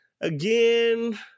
Again